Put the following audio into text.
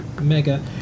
Mega